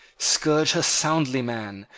scourge her soundly man!